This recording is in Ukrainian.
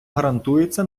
гарантується